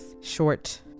short